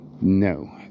no